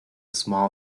small